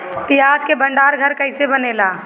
प्याज के भंडार घर कईसे बनेला?